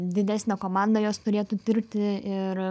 didesnė komanda juos turėtų tirti ir